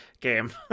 game